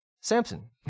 Samson